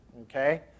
Okay